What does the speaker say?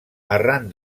arran